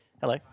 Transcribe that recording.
Hello